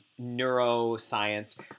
Neuroscience